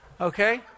Okay